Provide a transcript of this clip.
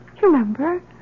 remember